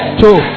two